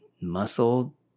muscle